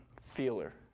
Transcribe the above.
feeler